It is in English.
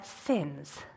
sins